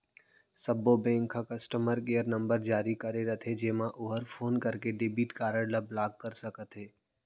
सब्बो बेंक ह customer care number जारी करे रथे जेमा ओहर फोन करके डेबिट कारड ल ब्लाक कर सकत हे